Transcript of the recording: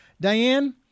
Diane